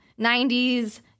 90s